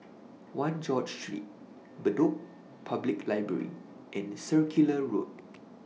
one George Street Bedok Public Library and Circular Road